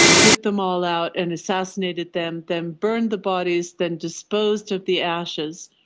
took them all out and assassinated them, then burned the bodies, then disposed of the ashes,